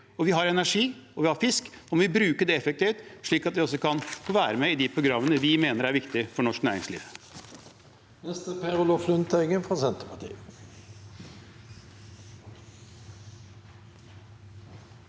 Vi har energi, og vi har fisk, og da må vi bruke det effektivt, slik at vi også kan få være med i de programmene vi mener er viktige for norsk næringsliv.